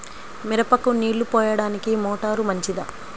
మిరపకు నీళ్ళు పోయడానికి మోటారు మంచిదా?